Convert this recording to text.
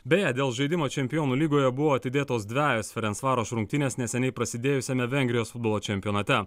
beje dėl žaidimo čempionų lygoje buvo atidėtos dvejos ferensvaroš rungtynės neseniai prasidėjusiame vengrijos futbolo čempionate